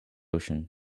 ocean